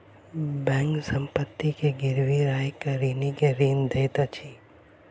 bank संपत्ति के गिरवी राइख के ऋणी के ऋण दैत अछि